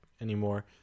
anymore